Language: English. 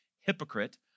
hypocrite